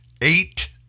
Eight